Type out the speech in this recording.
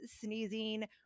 sneezing